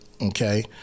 Okay